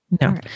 No